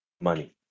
money